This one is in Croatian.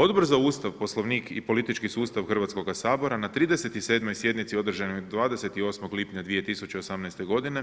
Odbor za Ustav, Poslovnik i politički sustav Hrvatskoga sabora, na 37 sjednici odraženoj 28. lipnja 2018. g.